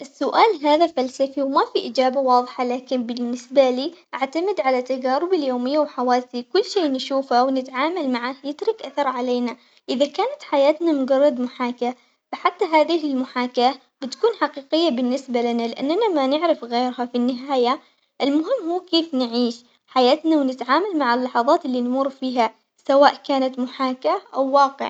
السؤال هذا فلسفي وما في إجابة واضحة لكن بالنسبة لي أعتمد على تجاربي اليومية وحواسي، كل شيء نشوفه ونتعامل معه يترك أثر علينا، إذا كانت حياتنا مجرد محاكاة فحتى هذه المحاكاة بتكون حقيقة بالنسبة لنا لأنا ما نعرف غيرها في النهاية المهم مو كيف نعيش حياتنا ونتعامل مع اللحظات اللي نمر فيها سواء كانت محاكاة أو واقع.